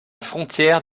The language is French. frontière